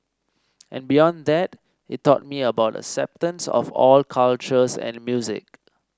and beyond that it taught me about acceptance of all cultures and music